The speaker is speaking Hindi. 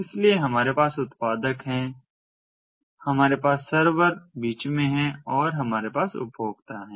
इसलिए हमारे पास उत्पादक हैं हमारे पास सर्वर बीच में है और हमारे पास उपभोक्ता हैं